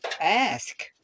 ask